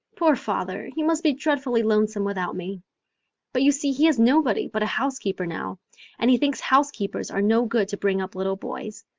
poor father, he must be dreadfully lonesome without me but you see he has nobody but a housekeeper now and he thinks housekeepers are no good to bring up little boys,